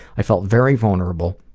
i felt very vulnerable,